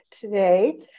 today